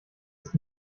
ist